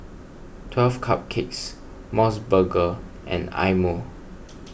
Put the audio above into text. twelve Cupcakes M O S burger and Eye Mo